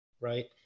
right